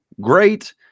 great